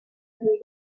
every